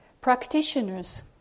Practitioners